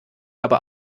aber